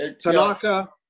Tanaka